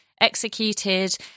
executed